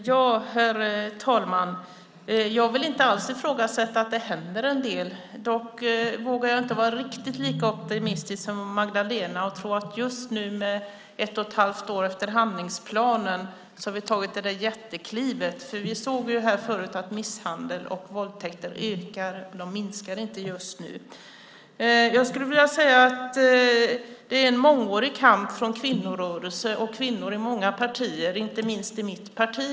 Herr talman! Jag vill inte alls ifrågasätta att det händer en del. Dock vågar jag inte vara riktigt lika optimistisk som Magdalena Andersson och tro att vi just nu, ett och ett halvt år efter handlingsplanen, har tagit ett jättekliv. Vi såg här förut att antalet misshandelsfall och våldtäkter ökar och inte minskar just nu. Det har varit en mångårig kamp från kvinnorörelsen och kvinnor i många partier, inte minst i mitt parti.